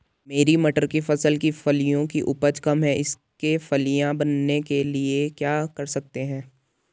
मेरी मटर की फसल की फलियों की उपज कम है इसके फलियां बनने के लिए क्या कर सकते हैं?